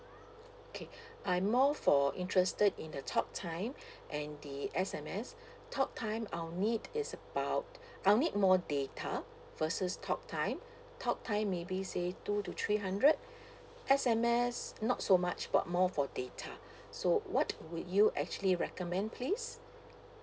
okay I'm more for interested in the talk time and the S_M_S talk time I'll need is about I'll need more data versus talk time talk time maybe say two to three hundred S_M_S not so much but more for data so what would you actually recommend please